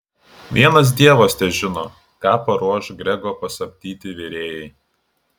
vienas dievas težino ką paruoš grego pasamdyti virėjai